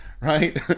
right